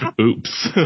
oops